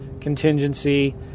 contingency